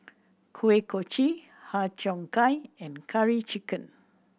Kuih Kochi Har Cheong Gai and Curry Chicken